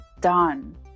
done